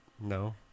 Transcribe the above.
No